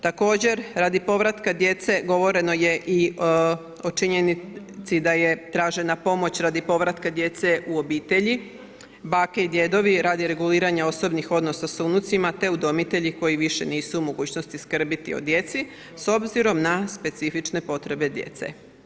Također, radi povratka djece govoreno je i o činjenici da je tražena pomoć radi povratka djece u obitelji, bake i djedovi radi reguliranja osobnih odnosa sa unucima te udomitelji koji više nisu mogućnosti skrbiti o djeci s obzirom na specifične potrebe djece.